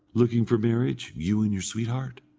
looking for marriage, you and your sweetheart?